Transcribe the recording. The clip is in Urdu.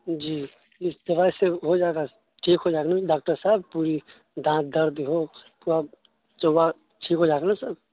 جی اس دوائی سے ہو جائے گا ٹھیک ہو جائے گا نا ڈاکٹر صاحب پوری دانت درد ہو پورا چوا ٹھیک ہو جائے گا نا سب